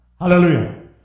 Hallelujah